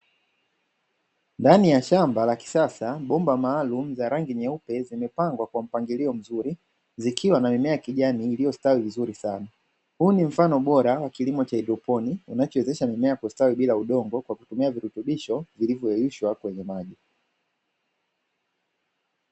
Ndani ya shamba la kisasa bomba maalumu za rangi nyeupe zimepangwa kwa mpangilio mzuri zikiwa na mimea ya kijani iliyostawi vizuri sana, huu ni mfano bora wa kilimo cha haidroponi unachowezesha mmea kustawi bila udongo kwa kutumia virutubisho vilivyoyeyushwa kwenye maji.